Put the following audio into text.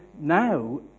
now